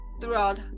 throughout